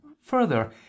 further